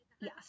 yes